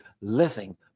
living